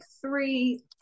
three